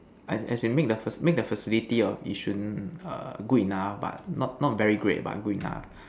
as as in make the make the facilities of yishun err good enough but not not very great but good enough